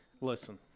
Listen